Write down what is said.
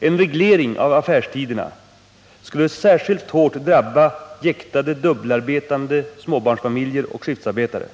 En reglering av affärstiderna skulle särskilt hårt drabba jäktade, dubbelarbetande småbarnsfamiljer och skiftarbetare.